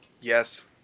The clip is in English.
Yes